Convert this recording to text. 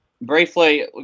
Briefly